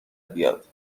بیاد